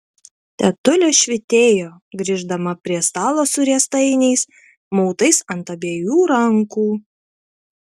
tetulė švytėjo grįždama prie stalo su riestainiais mautais ant abiejų rankų